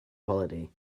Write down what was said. holiday